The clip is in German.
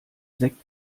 sekt